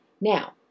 now